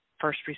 first